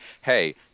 Hey